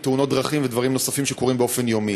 תאונות דרכים ודברים נוספים שקורים יום-יום.